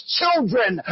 children